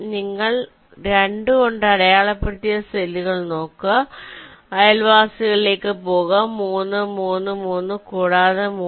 നിങ്ങൾ 2 കൊണ്ട് അടയാളപ്പെടുത്തിയ സെല്ലുകൾ നോക്കുക അയൽവാസികളിലേക്ക് പോകുക 3 3 3 കൂടാതെ 3